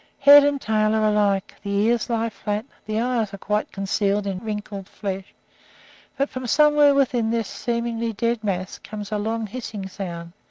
head and tail are alike the ears lie flat the eyes are quite concealed in wrinkled flesh, but from somewhere within this seemingly dead mass comes a long, hissing sound,